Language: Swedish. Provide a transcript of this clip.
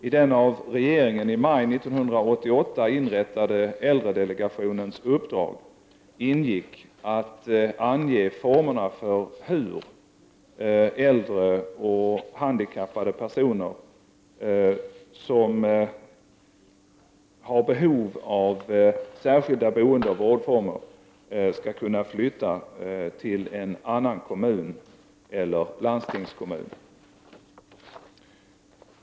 I den av regeringen i maj 1988 inrättade äldredelegationens uppdrag ingick att ange former för hur äldre och handikappade personer som har behov av särskilda boendeoch vårdformer skall kunna flytta till en annan kommun eller landstingskommun.